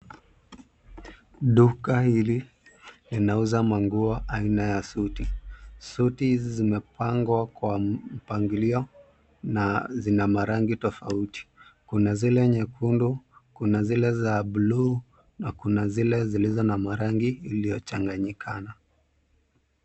Duka hili linauza manguo aina ya suti. Suti hizi zimepangwa kwa mpangilio na zina marangi tofauti. Kuna zile nyekundu, kuna zile za blue na kuna zile zilizo na marangi iliyochanganyikana.